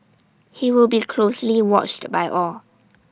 he will be closely watched by all